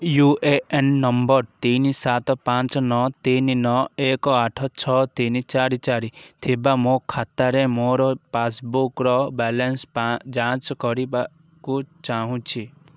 you A N number ତିନି ସାତ ପାଞ୍ଚ ନଅ ତିନି ନଅ ଏକ ଆଠ ଛଅ ତିନି ଚାରି ଚାରି ଥିବା ମୋ ଖାତାରେ ମୋର ପାସ୍ବୁକ୍ର ବାଲାନ୍ସ ଯାଞ୍ଚ କରିବାକୁ ଚାହୁଁଛି